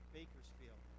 Bakersfield